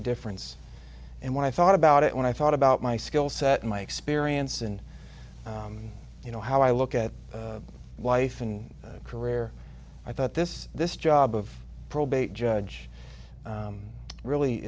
a difference and when i thought about it when i thought about my skill set my experience and you know how i look at wife and career i thought this this job of probate judge really